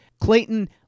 Clayton